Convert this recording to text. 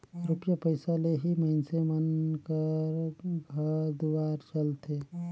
रूपिया पइसा ले ही मइनसे मन कर घर दुवार चलथे